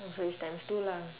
so it's times two lah